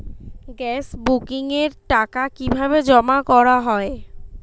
Gas বুকিংয়ের টাকা কিভাবে জমা করা হয়?